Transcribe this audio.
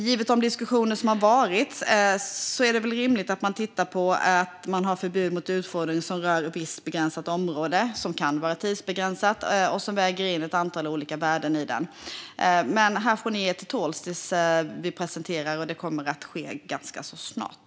Givet de diskussioner som har varit är det rimligt att man tittar på förbud mot utfodring som rör ett visst begränsat område, som kan vara tidsbegränsat och som väger in ett antal olika värden. Ni får ge er till tåls tills vi presenterar den, vilket kommer att ske ganska snart.